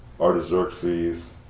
Artaxerxes